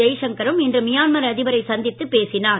ஜெய்சங்கரும் இன்று மியான்மர் அதிபரை சந்தித்து பேசினார்